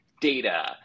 data